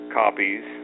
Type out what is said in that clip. copies